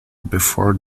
before